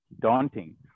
daunting